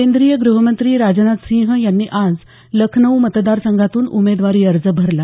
केंद्रीय ग्रहमंत्री राजनाथ सिंह यांनी आज लखनऊ मतदारसंघातून उमेदवारी अर्ज भरला